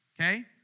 Okay